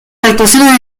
actuaciones